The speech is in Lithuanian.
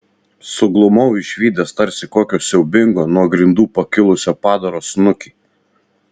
suglumau išvydęs tarsi kokio siaubingo nuo grindų pakilusio padaro snukį